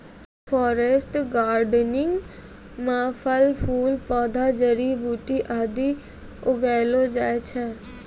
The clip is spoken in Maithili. फॉरेस्ट गार्डेनिंग म फल फूल पौधा जड़ी बूटी आदि उगैलो जाय छै